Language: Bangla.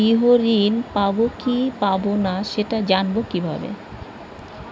আমি গৃহ ঋণ পাবো কি পাবো না সেটা জানবো কিভাবে?